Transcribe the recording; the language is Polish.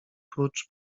prócz